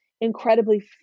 incredibly